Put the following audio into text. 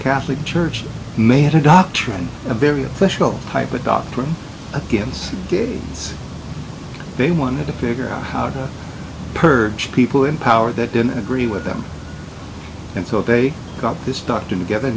catholic church made a doctrine a very special type of doctrine against gays they wanted to figure out how to purge people in power that didn't agree with them and so they got this doctrine together